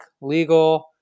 legal